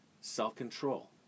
self-control